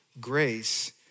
Grace